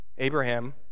Abraham